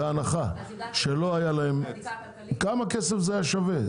בהנחה שלא היה להם כמה כסף זה היה שווה?